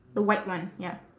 the white one ya